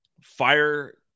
fire